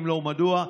אם לא, מדוע?